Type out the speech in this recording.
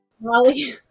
Molly